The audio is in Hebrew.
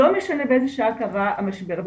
לא משנה באיזו שעה קרה המשבר.